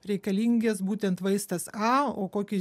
reikalingis būtent vaistas o kokį